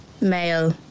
male